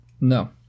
No